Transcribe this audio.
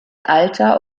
alter